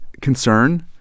Concern